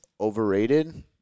overrated